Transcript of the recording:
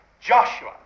joshua